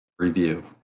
Review